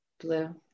Blue